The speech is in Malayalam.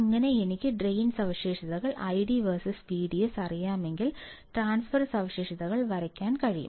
അങ്ങനെ എനിക്ക് ഡ്രെയിൻ സവിശേഷതകൾ ID versus VDS അറിയാമെങ്കിൽ ട്രാൻസ്ഫർ സവിശേഷതകൾ വരയ്ക്കാൻ കഴിയും